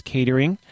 Catering